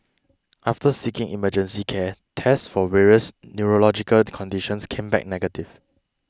after seeking emergency care tests for various neurological conditions came back negative